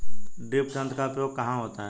Drip तंत्र का उपयोग कहाँ होता है?